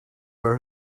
where